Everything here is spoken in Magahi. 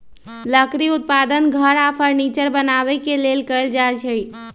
लकड़ी उत्पादन घर आऽ फर्नीचर बनाबे के लेल कएल जाइ छइ